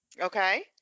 Okay